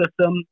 system